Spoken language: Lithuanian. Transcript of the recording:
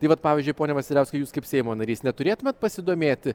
tai vat pavyzdžiui pone vasiliauskai jūs kaip seimo narys neturėtumėt pasidomėti